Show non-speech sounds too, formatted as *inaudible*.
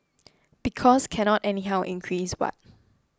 *noise* because cannot anyhow increase what